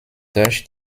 durch